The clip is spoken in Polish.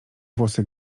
włosy